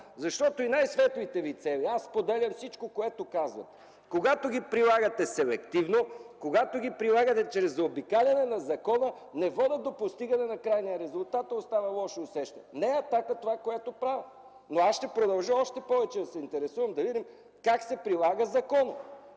защото и най-светлите Ви цели – споделям всичко, което казвате – когато ги прилагате селективно, когато ги прилагате чрез заобикаляне на закона, не водят до постигане на крайния резултат, а остава лошо усещане. Това, което правя, не е атака. Аз ще продължа още повече да се интересувам как се прилага законът,